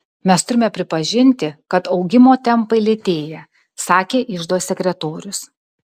mes turime pripažinti kad augimo tempai lėtėja sakė iždo sekretorius